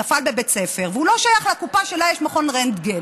נפל בבית ספר והוא לא שייך לקופה שלה יש מכון רנטגן,